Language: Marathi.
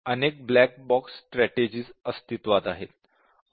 अनेक ब्लॅक बॉक्स स्ट्रॅटेजिज अस्तित्वात आहेत उदा